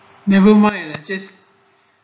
never mind lah just